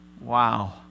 wow